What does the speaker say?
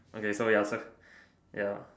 okay so ya turn ya